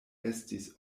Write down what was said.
estis